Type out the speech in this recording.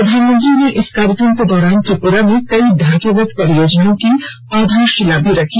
प्रधानमंत्री ने इस कार्यक्रम के दौरान त्रिपुरा में कई ढांचागत परियोजनाओं की आधारशिला भी रखी